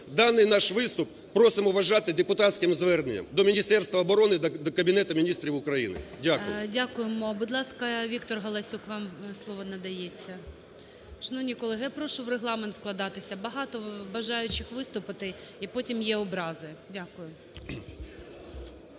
Даний наш виступ просимо вважати депутатським зверненням до Міністерства оборони та до Кабінету Міністрів України. Дякую. ГОЛОВУЮЧИЙ. Дякуємо. Будь ласка, Віктор Галасюк, вам слово надається. Шановні колеги, я прошу в регламент вкладатися. Багато бажаючих виступити і потім є образи. Дякую.